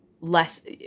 less